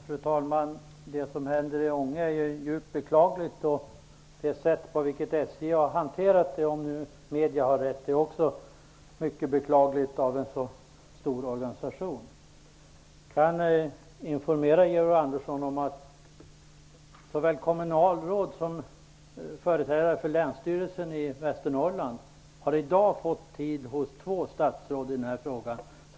Fru talman! Det som händer i Ånge är djupt beklagligt. Det sätt på vilket SJ har hanterat frågan är också mycket beklagligt. Jag kan informera Georg Andersson om att såväl kommunalråd som företrädare för Länsstyrelsen i Västernorrland i dag har fått tid hos två statsråd i denna fråga.